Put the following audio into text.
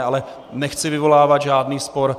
Ale nechci vyvolávat žádný spor.